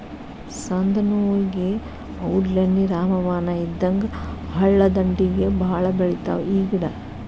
ಸಂದನೋವುಗೆ ಔಡ್ಲೇಣ್ಣಿ ರಾಮಬಾಣ ಇದ್ದಂಗ ಹಳ್ಳದಂಡ್ಡಿಗೆ ಬಾಳ ಬೆಳಿತಾವ ಈ ಗಿಡಾ